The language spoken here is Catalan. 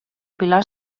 pilar